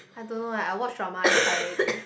I don't know leh I watch drama I cry already